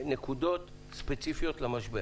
ותיגע בנקודות ספציפיות למשבר.